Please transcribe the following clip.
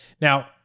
Now